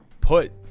put